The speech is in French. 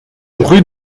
rue